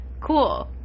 Cool